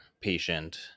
patient